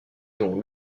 dont